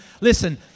listen